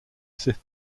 sith